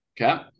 Okay